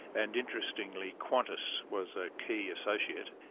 and interestingly qantas was a key associate.